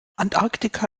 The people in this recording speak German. antarktika